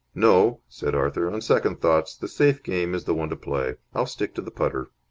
no, said arthur. on second thoughts, the safe game is the one to play. i'll stick to the putter.